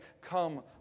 come